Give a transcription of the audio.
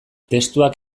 testuak